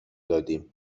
دادیم